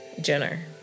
Jenner